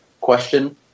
question